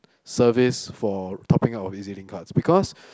service for topping our visiting cards because